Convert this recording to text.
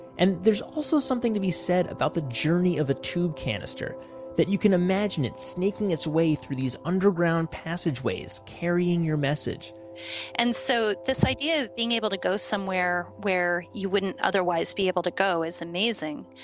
and there's also something to be said about the journey of a tube cannister that you can imagine it snaking its way through these underground passageways, carrying your message and so, this idea of being able to go somewhere where you wouldn't otherwise be able to go, is amazing.